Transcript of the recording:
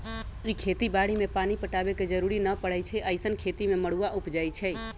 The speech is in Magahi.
इ खेती बाड़ी में पानी पटाबे के जरूरी न परै छइ अइसँन खेती में मरुआ उपजै छइ